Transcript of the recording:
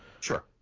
Sure